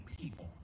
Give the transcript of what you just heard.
people